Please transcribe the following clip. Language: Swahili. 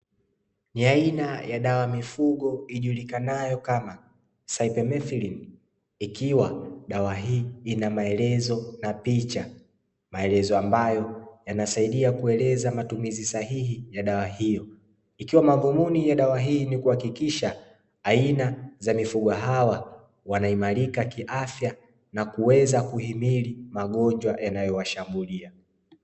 Ni aina ya dawa ya mifugo ijulikanayo kama saipomethilini, ikiwa dawa hii inamaelezo na picha maelezo ambayo yanasahidia kueleza matumizi sahihi ya dawa hiyo, ikiwa madhumuni ya dawa hii kuhakikisha aina za mifugo hawa wanaimarika kiafya na kuweza kuimiri magonjwa yanayowashambulia.